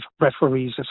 referees